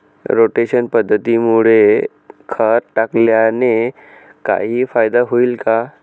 Rotation पद्धतीमुळे खत टाकल्याने काही फायदा होईल का?